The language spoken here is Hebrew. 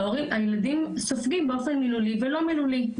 והילדים סופגים באופן מילולי ולא מילולי,